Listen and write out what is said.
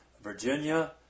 Virginia